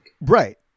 Right